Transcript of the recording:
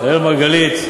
אראל מרגלית,